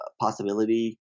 possibility